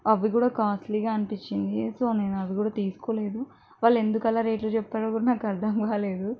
అవి కూడా కాస్ట్లీగా అనిపించింది సో నేను అది కూడా తీసుకోలేదు వాళ్ళు ఎందుకలా రేట్లు చెప్పారో కూడా నాకు అర్థం కాలేదు